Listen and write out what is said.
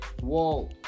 Whoa